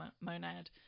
monad